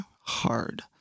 hard